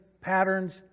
patterns